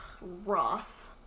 Ross